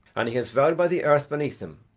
and he has vowed by the earth beneath him,